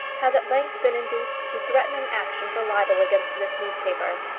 has at length been induced to threaten an action for libel against this newspaper.